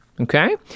Okay